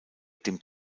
dem